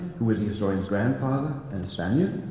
who was the historian's grandfather and a spaniard,